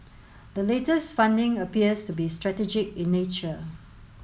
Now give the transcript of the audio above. the latest funding appears to be strategic in nature